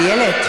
איילת.